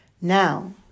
Now